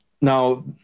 Now